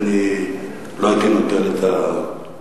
ואני לא הייתי נוטל את הקרדיטים האלה.